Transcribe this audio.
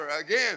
again